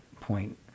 point